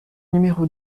numéro